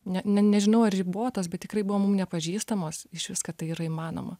ne ne nežinau ar ribotas bet tikrai buvo mum nepažįstamos išvis kad tai yra įmanoma